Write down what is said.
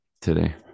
today